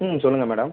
ம் சொல்லுங்கள் மேடம்